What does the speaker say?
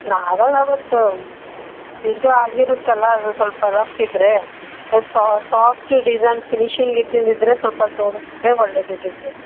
ಆಗಲ್ಲ ಇದು ಆಗಿರುತ್ತಲ್ಲ ಅದು ಸ್ವಲ್ಪ ರಫ್ ಇದ್ದರೆ ಎ ಸಾಫ್ಟ್ ಡಿಝೈನ್ ಫಿನಿಶಿಂಗ್ ಇದ್ದಿದ್ದಿದ್ರೆ ಸ್ವಲ್ಪ ತೋರ್ಸಿದ್ರೆ ಒಳ್ಳೆಯದಿದ್ದಿತ್ತು